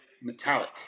metallic